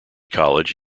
college